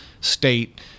state